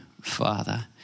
Father